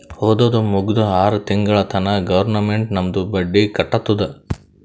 ಓದದ್ ಮುಗ್ದು ಆರ್ ತಿಂಗುಳ ತನಾ ಗೌರ್ಮೆಂಟ್ ನಮ್ದು ಬಡ್ಡಿ ಕಟ್ಟತ್ತುದ್